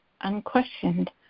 unquestioned